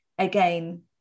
Again